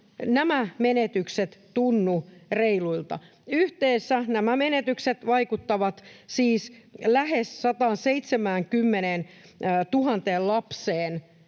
nämä menetykset tunnu reiluilta. Yhteensä nämä menetykset vaikuttavat siis lähes 170 000 lapseen,